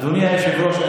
אדוני היושב-ראש,